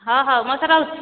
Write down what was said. ହଁ ହଉ ମଉସା ରହୁଛି